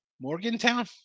Morgantown